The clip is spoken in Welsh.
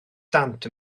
dant